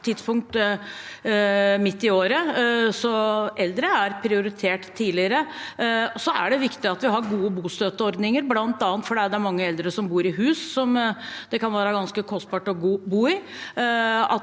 virkningstidspunkt midt i året, så eldre er prioritert tidligere. Så er det viktig at vi har gode bostøtteordninger, bl.a. fordi det er mange eldre som bor i hus som det kan være ganske kostbart å bo i,